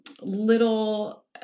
little